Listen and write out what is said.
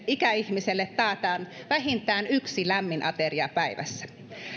ikäihmiselle taataan vähintään yksi lämmin ateria päivässä